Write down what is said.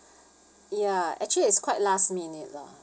ya actually it's quite last minute lah